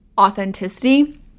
authenticity